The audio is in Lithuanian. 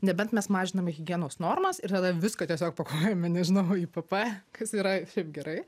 nebent mes mažiname higienos normas ir tada viską tiesiog pakuojame nežinau į pp kas yra šiaip gerai